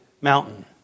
mountain